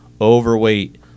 overweight